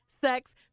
sex